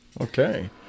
Okay